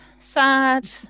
sad